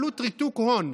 "עלות ריתוק הון",